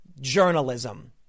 journalism